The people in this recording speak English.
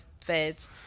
feds